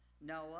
Noah